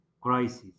crisis